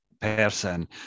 person